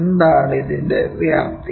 എന്താണ് ഇതിന്റെ വ്യാപ്തി